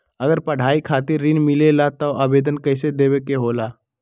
अगर पढ़ाई खातीर ऋण मिले ला त आवेदन कईसे देवे के होला?